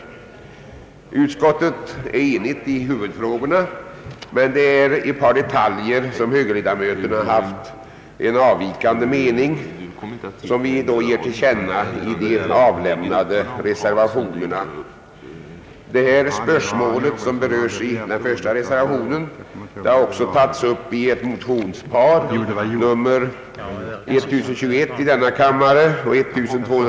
Samordningen innebär att rörelsereglerna för sparbanker och kreditkassor i allt väsentligt utformas efter mönster av affärsbankernas bestämmelser. Detta medför framför allt för sparbankerna en väsentligt vidgad rörelsefrihet.